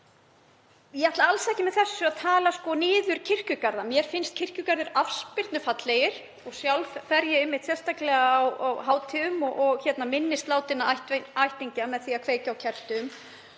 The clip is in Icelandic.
Ég ætla alls ekki með því að tala niður kirkjugarða, mér finnst kirkjugarðar afspyrnufallegir. Sjálf fer ég einmitt sérstaklega á hátíðum og minnist látinna ættingja með því að kveikja á kertum